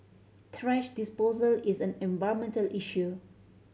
thrash disposal is an environmental issue